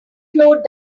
flowed